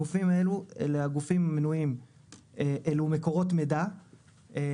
גופים אלו הם מקורות מידע כגון: